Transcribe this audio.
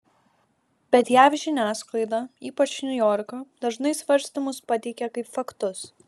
bet jav žiniasklaida ypač niujorko dažnai svarstymus pateikia kaip faktus